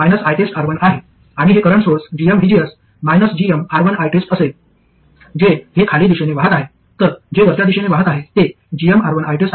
आणि हे current source gmvgs gmR1ITEST असेल जे हे खाली दिशेने वाहत आहे तर जे वरच्या दिशेने वाहत आहे ते gmR1ITEST आहे